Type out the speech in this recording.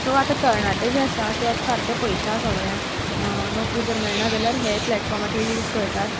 so आता तरणाटें जें आसा तें आता सारकें पळयता आतां सगळ्यांक नोकरी जर मेळना जाल्यार हें प्लेटफॉमाचे यूज करतात